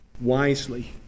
wisely